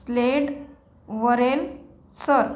slayed वरेल sir